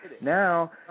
Now